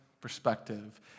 perspective